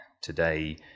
today